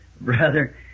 brother